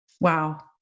Wow